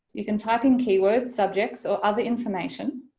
you can type in keywords, subjects or other information,